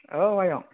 औ आयं